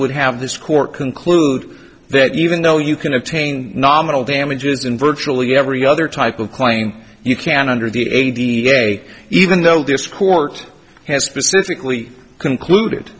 would have this court conclude that even though you can obtain nominal damages in virtually every other type of claim you can under the a even though this court has specifically concluded